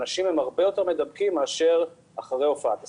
אנשים הרבה יותר מידבקים מאשר אחרי הופעת הסימפטומים.